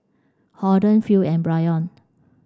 Holden Phil and Bryon